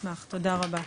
תודה רבה.